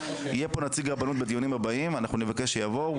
יהיה פה נציג רבנות בדיונים הבאים אנחנו נבקש שהם יבואו.